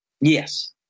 Yes